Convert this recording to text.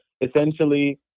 essentially